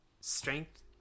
strength